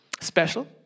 special